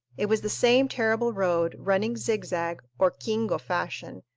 it was the same terrible road, running zigzag, or quingo fashion,